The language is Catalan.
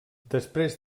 després